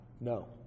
No